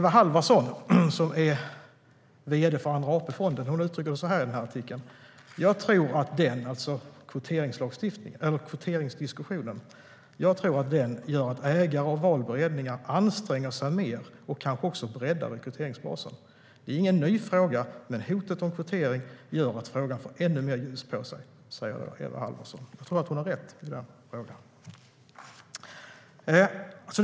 Eva Halvarsson, som är vd för Andra AP-fonden, uttrycker det så här i artikeln: "Jag tror att den" - alltså kvoteringsdiskussionen - "gör att ägare och valberedningar anstränger sig mer och kanske också breddar rekryteringsbasen. Det är ingen ny fråga men hotet om kvotering gör att frågan får ännu mer ljus på sig." Jag tror att hon har rätt i den frågan.